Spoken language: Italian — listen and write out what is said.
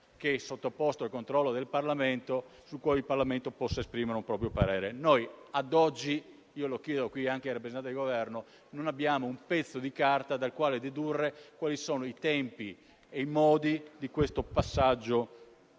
sottoposto al controllo del Parlamento e su cui il Parlamento possa esprimere un proprio parere. Noi ad oggi - lo chiedo anche al rappresentante del Governo - non abbiamo un pezzo di carta dal quale dedurre i tempi e i modi di questo passaggio